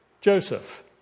Joseph